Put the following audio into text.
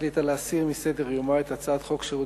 החליטה להסיר מסדר-יומה את הצעת חוק שירות